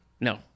No